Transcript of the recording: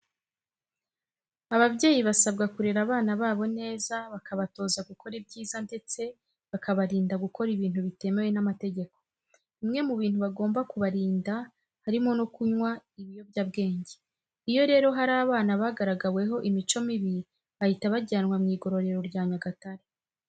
Ababyeyi basabwa kurera abana babo neza bakabatoza gukora ibyiza ndetse bakabarinda gukora ibintu bitemewe n'amategeko. Bimwe mu bintu bagomba kubarinda harimo no kunywa ibiyobyabwenge. Iyo rero hari abana bagaragaweho imico mibi bahita bajyanwa mu igororero rya Nyagatare.